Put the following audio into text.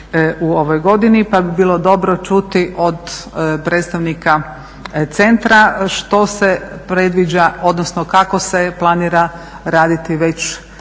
u ovoj godini pa bi bilo dobro čuti od predstavnika centra što se predviđa, odnosno kako se planira raditi već u sljedećoj